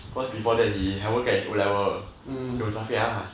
because before that he haven't got his O level so cannot say lah